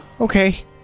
Okay